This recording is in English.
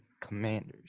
Commanders